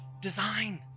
design